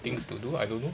things to do I don't know